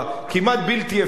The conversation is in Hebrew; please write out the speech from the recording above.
כמעט בלתי אפשרי,